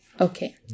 Okay